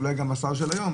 אולי גם השר של היום,